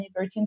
2013